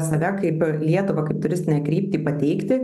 save kaip lietuvą kaip turistinę kryptį pateikti